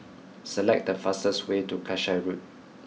select the fastest way to Kasai Road